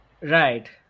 Right